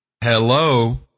Hello